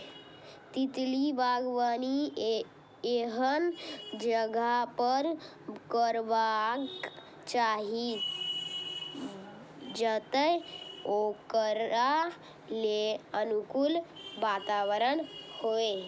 तितली बागबानी एहन जगह पर करबाक चाही, जतय ओकरा लेल अनुकूल वातावरण होइ